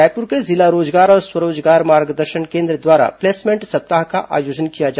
रायपुर के जिला रोजगार और स्वरोजगार मार्गदर्शन केन्द्र द्वारा प्लेसमेंट सप्ताह का आयोजन किया जा